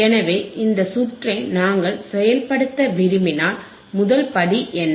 எனவே இந்த சுற்றை நாங்கள் செயல்படுத்த விரும்பினால் முதல் படி என்ன